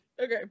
Okay